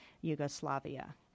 Yugoslavia